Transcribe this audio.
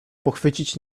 pochwycić